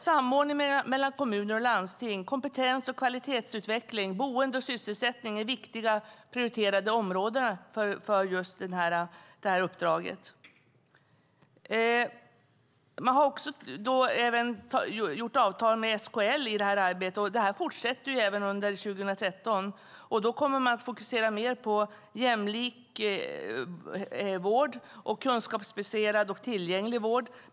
Samordning mellan kommuner och landsting, kompetens och kvalitetsutveckling samt boende och sysselsättning är viktiga prioriterade områden i detta uppdrag. Avtal har också slutits med SKL i detta arbete, och det fortsätter även under 2013, då man kommer att fokusera mer på jämlik, kunskapsbaserad och tillgänglig vård.